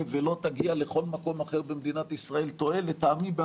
ולא תגיע לכל מקום אחר במדינת ישראל טועה לטעמי.